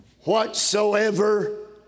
Whatsoever